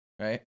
Right